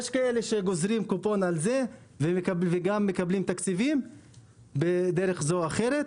יש כאלה שגוזרים על זה קופון וגם מקבלים תקציבים בדרך זו או אחרת,